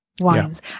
Wines